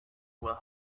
will